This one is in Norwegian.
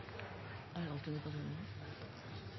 er under